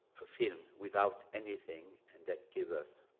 a film without anything and that gives us